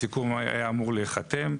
הסיכום היה אמור להיחתם,